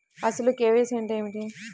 అసలు కే.వై.సి అంటే ఏమిటి?